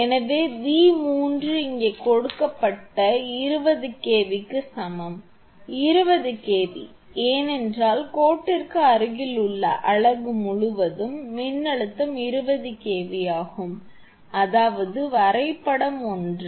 எனவே 𝑉3 இங்கே கொடுக்கப்பட்ட 20 kV க்கு சமம் 20 kV ஏனென்றால் கோட்டிற்கு அருகில் உள்ள அலகு முழுவதும் மின்னழுத்தம் 20 kV ஆகும் அதாவது வரைபடம் ஒன்றே